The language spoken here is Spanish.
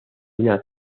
una